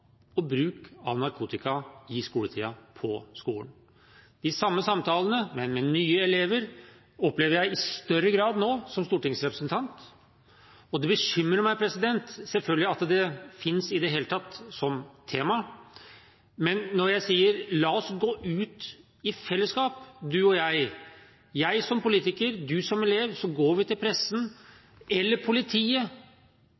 og bruk av narkotika i skoletiden på skolen. De samme samtalene, men med nye elever, opplever jeg i større grad nå, som stortingsrepresentant. Det bekymrer meg selvfølgelig at det i det hele tatt finnes som tema, men når jeg sier la oss gå ut i fellesskap, du og jeg, jeg som politiker, du som elev, så går vi til pressen